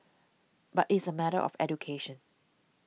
but it's a matter of education